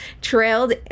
trailed